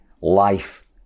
life